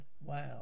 Wow